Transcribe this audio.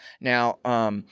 Now